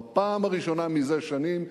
בפעם הראשונה מזה שנים,